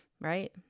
right